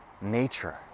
nature